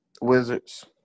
Wizards